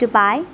Dubai